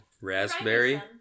Raspberry